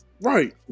Right